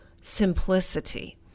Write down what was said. simplicity